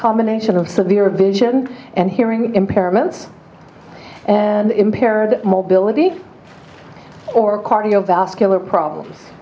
combination of severe of vision and hearing impairment and impaired mobility or cardiovascular problems